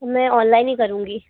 मैं ऑनलाइन ही करूँगी